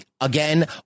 again